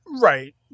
Right